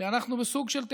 שאנחנו בסוג של תיאטרון.